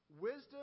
Wisdom